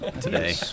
today